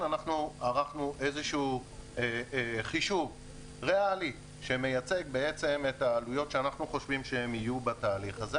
אנחנו ערכנו חישוב ריאלי שמייצג את העלויות שלדעתנו כרוכות בתהליך.